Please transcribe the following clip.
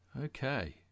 Okay